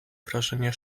wrażenie